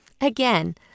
Again